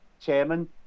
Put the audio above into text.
chairman